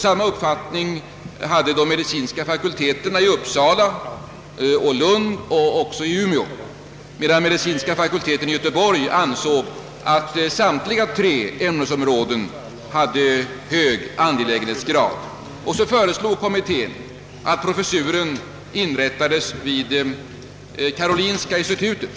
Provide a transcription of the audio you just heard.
Samma uppfattning hade de medicinska fakulteterna i Uppsala, Lund och Umeå, medan medicinska fakulteten i Göteborg ansåg att samtliga tre ämnesområden hade hög angelägenhetsgrad. Kommittén föreslog vidare att professuren skulle inrättas vid karolinska institutet.